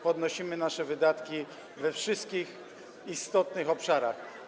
Podnosimy nasze wydatki we wszystkich istotnych obszarach.